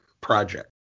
project